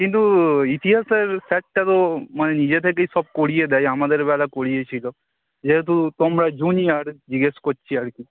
কিন্তু ইতিহাসের স্যারটা তো মানে নিজে থেকেই সব করিয়ে দেয় আমাদের বেলা করিয়েছিল যেহেতু তোমরা জুনিয়র জিজ্ঞাসা করছি আর কি